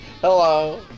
Hello